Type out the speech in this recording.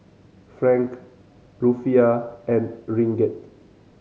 Franc Rufiyaa and Ringgit